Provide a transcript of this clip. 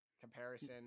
comparison